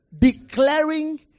declaring